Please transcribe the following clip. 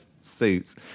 suits